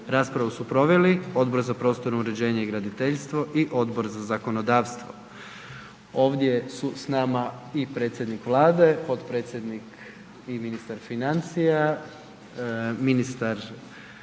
Raspravu su proveli Odbor za prostorno uređenje i graditeljstvo i Odbor za zakonodavstvo. Ovdje su s nama i predsjednik Vlade, potpredsjedniče i ministar financija, ministar